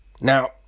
Now